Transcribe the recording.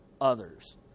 others